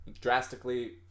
drastically